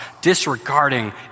disregarding